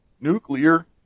nuclear